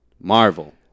Marvel